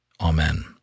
Amen